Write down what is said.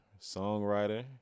songwriter